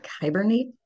hibernate